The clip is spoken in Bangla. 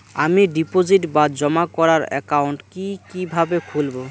আমি ডিপোজিট বা জমা করার একাউন্ট কি কিভাবে খুলবো?